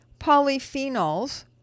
polyphenols